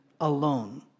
ALONE